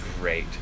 great